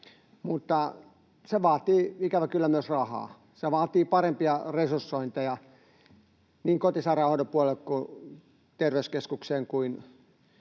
mutta se vaatii, ikävä kyllä, myös rahaa. Se vaatii parempia resursointeja niin kotisairaanhoidon puolelle kuin terveyskeskukseen ja